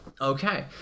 Okay